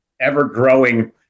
ever-growing